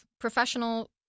professional